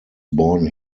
born